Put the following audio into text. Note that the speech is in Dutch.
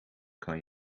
kan